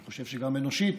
אני חושב שגם אנושית,